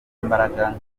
mbaraga